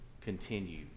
continue